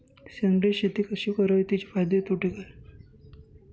सेंद्रिय शेती कशी करावी? तिचे फायदे तोटे काय?